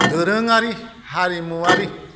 दोरोङारि हारिमुवारि